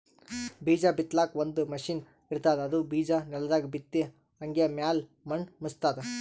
ಬೀಜಾ ಬಿತ್ತಲಾಕ್ ಒಂದ್ ಮಷಿನ್ ಇರ್ತದ್ ಅದು ಬಿಜಾ ನೆಲದಾಗ್ ಬಿತ್ತಿ ಹಂಗೆ ಮ್ಯಾಲ್ ಮಣ್ಣ್ ಮುಚ್ತದ್